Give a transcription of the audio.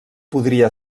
podria